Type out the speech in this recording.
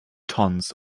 tons